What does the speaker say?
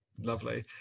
Lovely